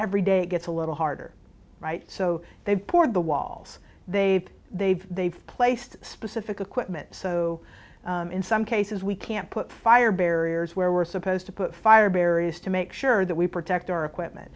every day it gets a little harder right so they've poured the walls they've they've they've placed specific equipment so in some cases we can put fire barriers where we're supposed to put fire barriers to make sure that we protect our equipment